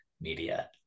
media